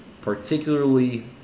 particularly